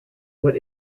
what